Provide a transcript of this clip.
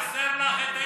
נגמר הזמן.